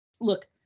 Look